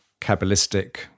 Kabbalistic